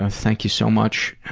ah thank you so much.